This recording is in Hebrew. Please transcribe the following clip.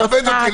אוסנת,